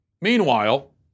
meanwhile